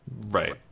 Right